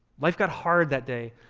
life got hard that day